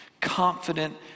confident